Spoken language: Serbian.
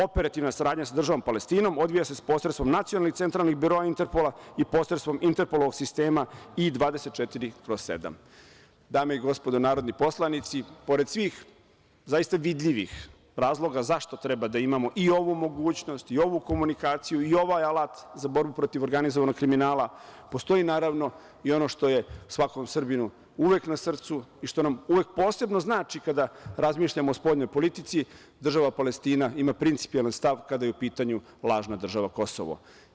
Operativna saradnja sa državom Palestinom odvija se posredstvom Nacionalnih centralnih biroa Interpola i posredstvom Interpolovog sistema I-24/7. Dame i gospodo narodni poslanici, pored svih zaista vidljivih razloga zašto treba da imamo i ovu mogućnost i ovu komunikaciju i ovaj alat za borbu protiv organizovanog kriminala, postoji i ono što je svakom Srbinu uvek na srcu i što nam uvek posebno znači kada razmišljamo o spoljnoj politici, država Palestina ima principijelan stav kada je u pitanju lažna država „Kosovo“